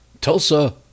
Tulsa